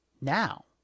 now